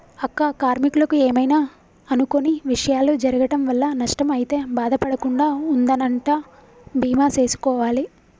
అక్క కార్మీకులకు ఏమైనా అనుకొని విషయాలు జరగటం వల్ల నష్టం అయితే బాధ పడకుండా ఉందనంటా బీమా సేసుకోవాలి